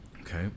Okay